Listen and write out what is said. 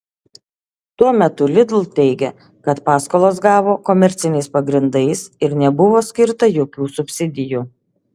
tuo metu lidl teigia kad paskolas gavo komerciniais pagrindais ir nebuvo skirta jokių subsidijų